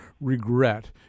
regret